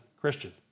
Christian